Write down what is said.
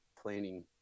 planning